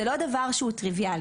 זה לא דבר שהוא טריוויאלי.